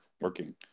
working